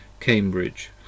Cambridge